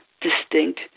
distinct